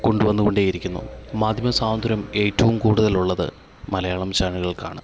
കൊണ്ടുവന്നു കൊണ്ടേ ഇരിക്കുന്നു മാധ്യമ സ്വാതന്ത്ര്യം ഏറ്റവും കൂടുതൽ ഉള്ളത് മലയാളം ചാനലുകൾക്കാണ്